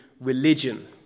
religion